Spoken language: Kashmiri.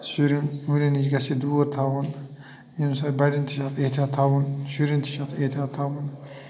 شُرین وُرین نِش گژھِ یہِ دوٗر تھاوُن ییٚمہِ ساتہٕ بَڑین تہِ چھُ اَتھ احتِیاط تھاوُن شُرین تہِ چھُ اَتھ احتِیاط تھاوُن